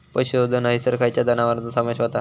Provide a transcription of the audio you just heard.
पशुसंवर्धन हैसर खैयच्या जनावरांचो समावेश व्हता?